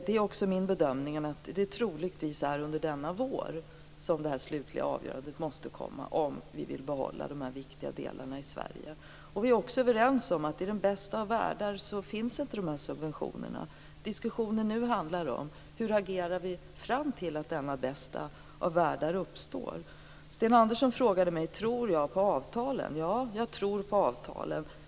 Det är min bedömning att det troligtvis är under denna vår som det slutliga avgörandet måste komma om vi vill behålla de här viktiga delarna i Sverige. Vi är också överens om att i de bästa av världar finns inte de här subventionerna. Diskussionen nu handlar om hur vi agerar fram till dess att denna bästa av världar uppstår. Sten Andersson frågade mig om jag tror på avtalen. Ja, jag tror på avtalen.